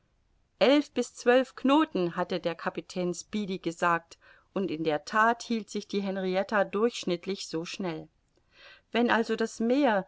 zwölf knoten hatte der kapitän speedy gesagt und in der that hielt sich die henrietta durchschnittlich so schnell wenn also das meer